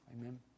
Amen